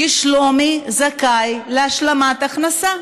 כי שלומי זכאי להשלמת הכנסה.